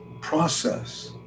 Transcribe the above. process